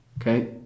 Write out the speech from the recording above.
Okay